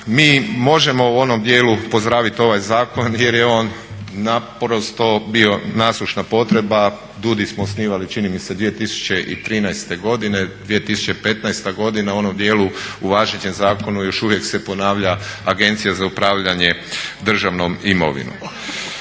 Mi možemo u onom djelu pozdravit ovaj zakon jer je on naprosto bio nasušna potreba. DUUDI smo osnivali čini mi se 2013.godine, 2015.godina u onom djelu u važećem zakonu još uvijek se ponavlja Agencija za upravljanje državnom imovinom.